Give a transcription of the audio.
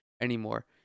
anymore